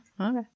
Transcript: okay